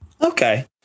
Okay